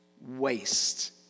waste